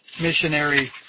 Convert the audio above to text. missionary